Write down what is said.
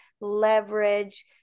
leverage